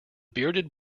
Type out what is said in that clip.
bearded